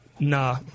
Nah